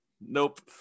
Nope